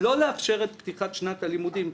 לא לאפשר את פתיחת שנת הלימודים.